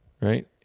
right